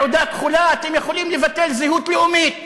תעודה כחולה אתם יכולים לבטל זהות לאומית.